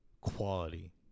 quality